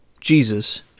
Jesus